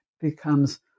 becomes